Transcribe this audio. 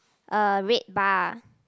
a red bar